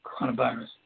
coronavirus